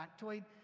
factoid